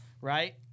right